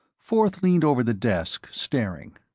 forth leaned over the desk, staring.